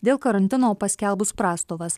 dėl karantino paskelbus prastovas